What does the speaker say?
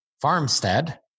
Farmstead